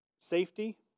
safety